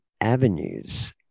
avenues